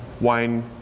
wine